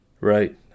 right